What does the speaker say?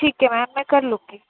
ٹھیک ہے میم میں کر لوں گی